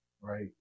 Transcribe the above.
right